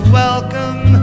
welcome